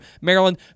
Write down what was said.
Maryland